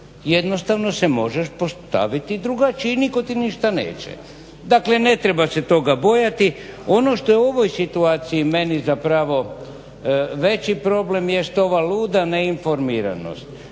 Jednostavno se može postaviti drugačije i nitko ti ništa neće. Dakle ne treba se toga bojati. Ovo što je u ovoj situaciji meni zapravo veći problem je što ova luda neinformiranost.